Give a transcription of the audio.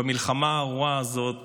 במלחמה הארורה הזאת